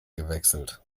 gewechselt